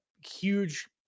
huge